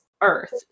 earth